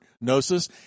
gnosis